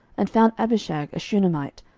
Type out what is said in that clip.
and found abishag a shunammite,